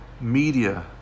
media